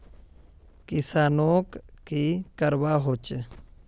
किसानोक की करवा होचे?